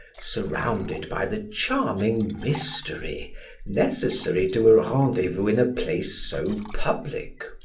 surrounded by the charming mystery necessary to a rendezvous in a place so public.